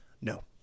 No